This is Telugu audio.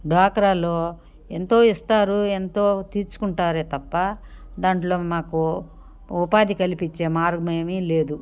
డ్వాక్రాలో ఎంతో ఇస్తారు ఎంతో తీర్చుకుంటారే తప్పా దాంట్లో మాకు ఉపాధి కలిపిచ్చే మార్గమేమి లేదు